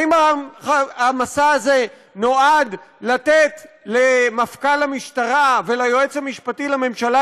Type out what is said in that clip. האם המסע הזה נועד לתת למפכ"ל המשטרה וליועץ המשפטי לממשלה